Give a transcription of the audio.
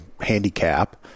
handicap